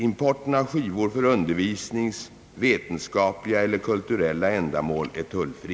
Importen av skivor för undervisnings-, vetenskapliga eller kulturella ändamål är tullfri.